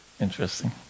Interesting